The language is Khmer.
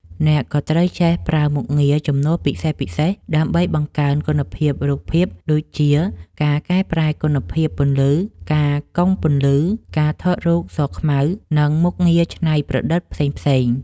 អ្នកក៏ត្រូវចេះប្រើមុខងារជំនួយពិសេសៗ ដើម្បីបង្កើនគុណភាពរូបភាពដូចជា ការកែប្រែគុណភាពពន្លឺ ការកុងពន្លឺ ការថតរូបស-ខ្មៅ និង មុខងារច្នៃប្រតិដ្ឋផ្សេងៗ។